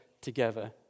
together